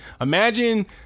Imagine